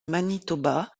manitoba